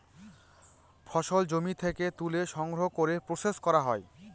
ফসল জমি থেকে তুলে সংগ্রহ করে প্রসেস করা হয়